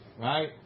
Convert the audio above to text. right